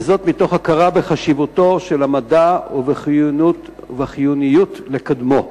וזאת מתוך הכרה בחשיבותו של המדע ובחיוניות של קידומו.